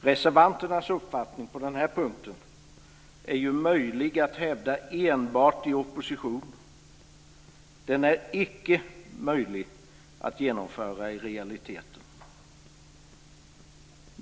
Reservanternas uppfattning på den här punkten är möjlig att hävda enbart i opposition. Den är icke möjlig att genomföra i realiteten.